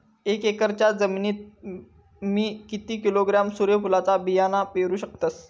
एक एकरच्या जमिनीत मी किती किलोग्रॅम सूर्यफुलचा बियाणा पेरु शकतय?